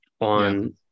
on